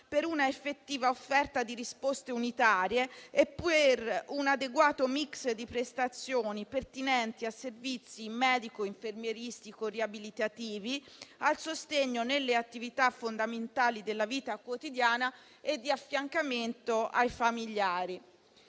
per un'effettiva offerta di risposte unitarie e per un adeguato *mix* di prestazioni pertinenti a servizi medico-infermieristico-riabilitativi a sostegno nelle attività fondamentali della vita quotidiana e di affiancamento dei familiari.